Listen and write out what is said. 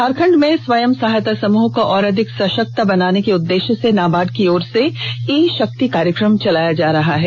झारखंड में स्वयं सहायता समूह को और अधिक सशक्त बनाने के उद्देश्य से नाबार्ड की ओर से ई शक्ति कार्यक्रम चलाया जा रहा है